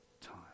time